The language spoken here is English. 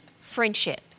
friendship